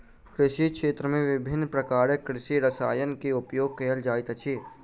कृषि क्षेत्र में विभिन्न प्रकारक कृषि रसायन के उपयोग कयल जाइत अछि